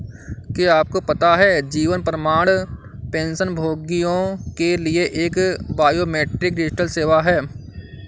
क्या आपको पता है जीवन प्रमाण पेंशनभोगियों के लिए एक बायोमेट्रिक डिजिटल सेवा है?